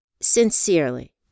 Sincerely